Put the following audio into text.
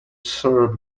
sir